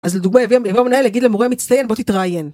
אז לדוגמא יבוא המנהל, יגיד למורה המצטיין בוא תתראיין